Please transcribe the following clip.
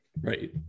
Right